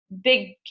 big